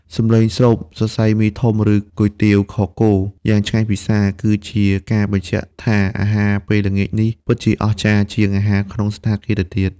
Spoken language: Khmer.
សំឡេងស្រូប មីសរសៃធំ ឬ គុយទាវខគោ យ៉ាងឆ្ងាញ់ពិសា គឺជាការបញ្ជាក់ថាអាហារពេលល្ងាចនេះ ពិតជាអស្ចារ្យជាងអាហារក្នុងសណ្ឋាគារទៅទៀត។